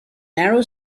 narrow